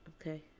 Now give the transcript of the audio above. Okay